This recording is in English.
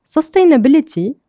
Sustainability